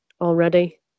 already